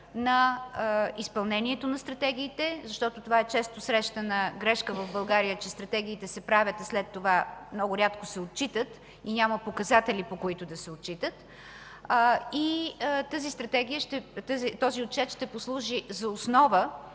на изпълнението на стратегиите, защото това е често срещана грешка в България, че стратегиите се правят, след това много рядко се отчитат, и няма показатели, по които да се отчитат, и този отчет ще послужи за основа